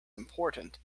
important